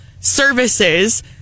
services